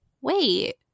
wait